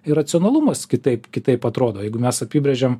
ir racionalumas kitaip kitaip atrodo jeigu mes apibrėžiam